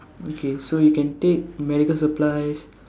okay so you can take medical supplies